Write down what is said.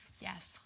Yes